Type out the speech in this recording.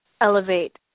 elevate